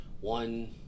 one